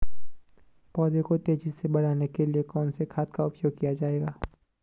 पौधों को तेजी से बढ़ाने के लिए कौन से खाद का उपयोग किया जाए?